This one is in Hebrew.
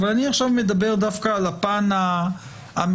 אבל אני עכשיו מדבר דווקא על הפן המתווך.